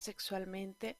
sexualmente